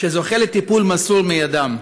שזוכה לטיפול מסור מידם.